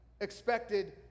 expected